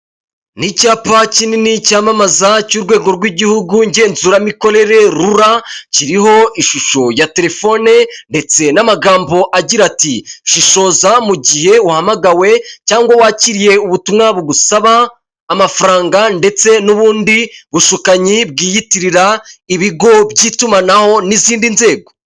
Ni icyapa kinini cyamamaza cy'urwego rw'igihugu ngenzuramikorere rura, kiriho ishusho ya telefone ndetse n'amagambo agira ati "shishoza mu gihe uhamagawe cyangwa wakiriye ubutumwa bugusaba amafaranga ndetse n'ubundi bushukanyi bwiyitirira ibigo by'itumanaho n'izindi nzego".